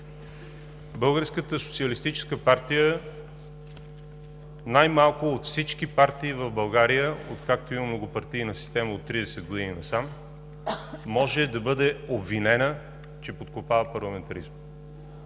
Българската социалистическа партия най-малко от всички партии в България, откакто има многопартийна система – от 30 години насам, може да бъде обвинена, че подкопава парламентаризма.